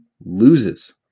loses